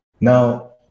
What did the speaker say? Now